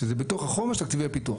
שזה בתוך החומר של תקציבי הפיתוח.